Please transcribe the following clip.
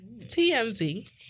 TMZ